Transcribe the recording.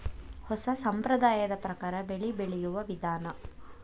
ಹೊಸಾ ಸಂಪ್ರದಾಯದ ಪ್ರಕಾರಾ ಬೆಳಿ ಬೆಳಿಯುವ ವಿಧಾನಾ